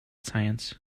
science